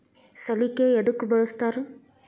ಸಲಿಕೆ ಯದಕ್ ಬಳಸ್ತಾರ?